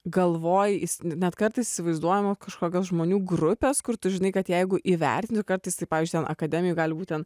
galvoj net kartais įsivaizduojama kažkokios žmonių grupės kur tu žinai kad jeigu įvertina kartais tai pavyzdžiui akademijoj gali būti ten